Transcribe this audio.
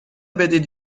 بدید